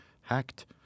hacked